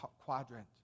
quadrant